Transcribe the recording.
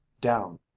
down